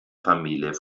familie